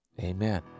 amen